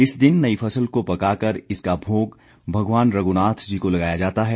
इस दिन नई फसल को पकाकर इसका भोग भगवान रघुनाथ जी को लगाया जाता है